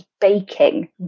Baking